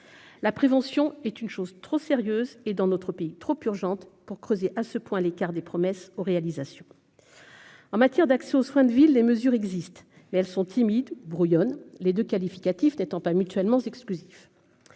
la prévention est une chose trop sérieuse et dans notre pays, trop urgente pour creuser à ce point l'écart des promesses aux réalisations en matière d'accès aux soins de ville, les mesures existent mais elles sont timides brouillonne, les 2 qualificatifs n'étant pas mutuellement exclusifs